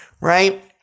right